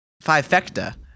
five-fecta